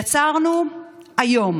יצרנו היום